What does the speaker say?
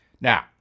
Now